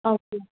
okay